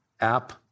App